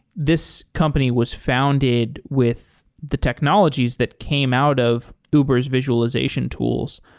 this company was founded with the technologies that came out of uber s visualization tools.